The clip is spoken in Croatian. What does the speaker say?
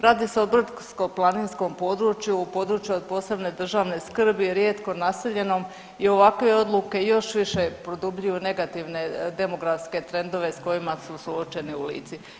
Radi se o brdsko-planinskom području, području od posebne državne skrbi, rijetko naseljenom i ovakve odluke još više produbljuju negativne demografske trendove s kojima su suočeni u Lici.